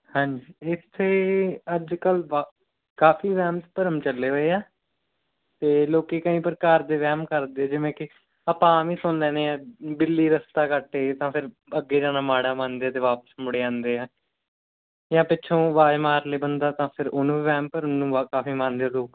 ਹਾਂਜੀ ਇੱਥੇ ਅੱਜ ਕੱਲ੍ਹ ਵਾ ਕਾਫ਼ੀ ਵਹਿਮ ਭਰਮ ਚੱਲੇ ਹੋਏ ਆ ਅਤੇ ਲੋਕ ਕਈ ਪ੍ਰਕਾਰ ਦੇ ਵਹਿਮ ਕਰਦੇ ਜਿਵੇਂ ਕਿ ਆਪਾਂ ਆਮ ਹੀ ਸੁਣ ਲੈਂਦੇ ਹਾਂ ਬਿੱਲੀ ਰਸਤਾ ਕੱਟ ਗਈ ਤਾਂ ਫਿਰ ਅੱਗੇ ਜਾਣਾ ਮਾੜਾ ਮੰਨਦੇ ਅਤੇ ਵਾਪਿਸ ਮੁੜ ਜਾਂਦੇ ਆ ਜਾਂ ਪਿੱਛੋਂ ਆਵਾਜ਼ ਮਾਰਲੇ ਬੰਦਾ ਤਾਂ ਫਿਰ ਉਹਨੂੰ ਵਹਿਮ ਭਰਮ ਨੂੰ ਕਾਫ਼ੀ ਮੰਨਦੇ ਆ ਲੋਕ